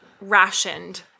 rationed